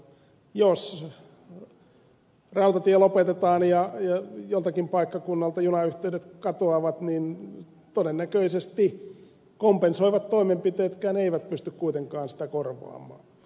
jos rautatie lopetetaan ja joltakin paikkakunnalta junayhteydet katoavat niin todennäköisesti kompensoivat toimenpiteetkään eivät pysty kuitenkaan sitä korvaamaan